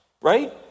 right